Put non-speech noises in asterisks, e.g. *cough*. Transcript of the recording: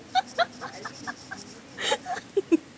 *laughs*